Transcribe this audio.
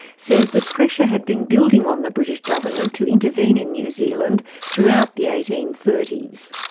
says that pressure had been building on the british government to intervene in new zealand throughout the eighteen thirty s.